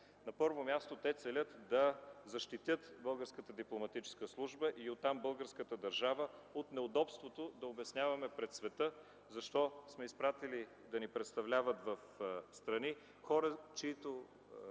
На първо място те целят да защитят Българската дипломатическа служба и оттам българската държава от неудобството да обясняваме пред света защо сме изпратили да ни представляват в страни хора, чиито